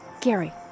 Gary